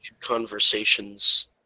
conversations